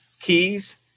keys